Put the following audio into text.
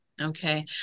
okay